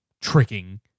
tricking